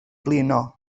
blino